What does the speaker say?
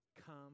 come